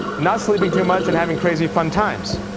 not sleeping too much, and having crazy fun times.